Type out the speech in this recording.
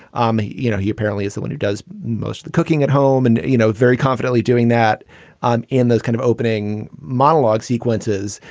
um you know, he apparently is the one who does most the cooking at home and, you know, very confidently doing that um in this kind of opening monologue sequences.